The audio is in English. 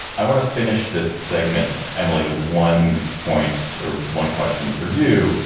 i want to finish this segment. emily, with one point or one question for you,